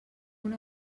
una